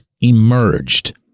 emerged